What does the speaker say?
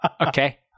Okay